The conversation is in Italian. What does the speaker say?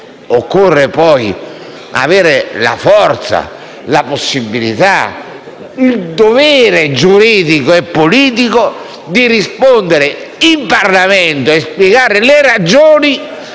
occorre poi avere la forza, la possibilità, il dovere giuridico e politico di rispondere in Parlamento e di spiegare le ragioni